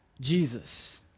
Jesus